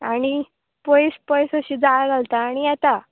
आनी पयस पयस अशी जाळ घालता आनी येता